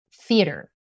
theater